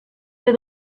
ser